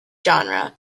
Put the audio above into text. genre